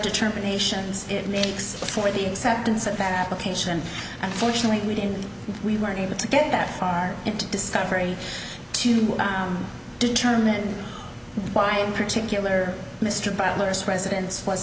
determinations it makes for the acceptance of that application unfortunately we didn't we weren't able to get that far into discovery to determine why in particular mr butler's residence was